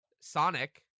Sonic